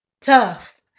tough